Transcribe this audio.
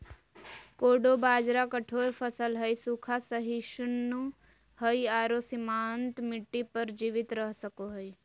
कोडो बाजरा कठोर फसल हइ, सूखा, सहिष्णु हइ आरो सीमांत मिट्टी पर जीवित रह सको हइ